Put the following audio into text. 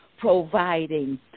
providing